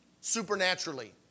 supernaturally